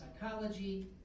psychology